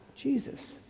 Jesus